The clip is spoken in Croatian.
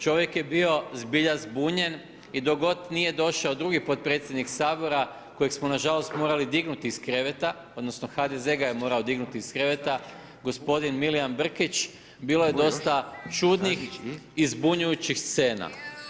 Čovjek je bio zbilja zbunjen i dok god nije došao drugi potpredsjednik Sabora, kojeg smo na žalost morali dignuti iz kreveta, odnosno HDZ ga je morao dignuti iz kreveta, gospodin Milijan Brkić, bilo je dosta čudnih i zbunjujućih scena.